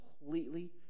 completely